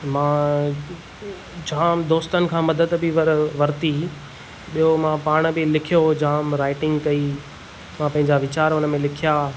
मां जाम दोस्तनि खां मदद बि वरिती ॿियो मां पाण बि लिखियो जाम राइटिंग कई मां पंहिंजा विचार उन में लिखिया